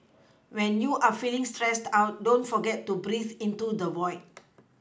when you are feeling stressed out don't forget to breathe into the void